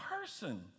person